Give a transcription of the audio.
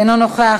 אינו נוכח,